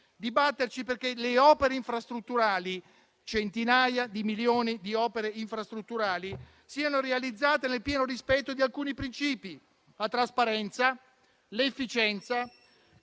di batterci perché le opere infrastrutturali, centinaia di milioni di opere infrastrutturali, siano realizzate nel pieno rispetto di alcuni principi: la trasparenza, l'efficienza